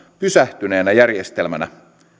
pysähtyneenä järjestelmänä